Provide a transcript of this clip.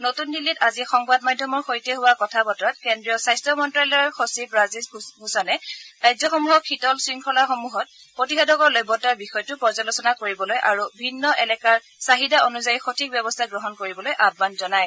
নতুন দিল্লীত আজি সংবাদ মাধ্যমৰ সৈতে হোৱা কথা বতৰাত কেন্দ্ৰীয় স্বাস্থ্য মন্ত্ৰালয়ৰ সচিব ৰাজেশ ভূষণে ৰাজ্যসমূহক শীতল শৃংখলাসমূহত প্ৰতিষেধকৰ লভ্যতাৰ বিষয়টো পৰ্য্যালোচনা কৰিবলৈ আৰু বিভিন্ন এলেকাৰ চাহিদা অনুযায়ী সঠিক ব্যৱস্থা গ্ৰহণ কৰিবলৈ আহ্বান জনায়